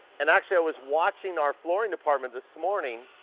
and actually, i was watching our flooring department this morning,